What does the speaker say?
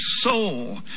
soul